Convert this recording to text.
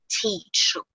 teach